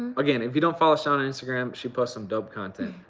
again, if you don't follow shawn on instagram, she posts some dope content.